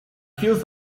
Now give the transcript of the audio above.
feels